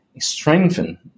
strengthen